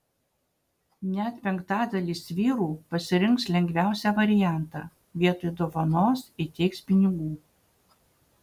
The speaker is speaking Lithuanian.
net penktadalis vyrų pasirinks lengviausią variantą vietoj dovanos įteiks pinigų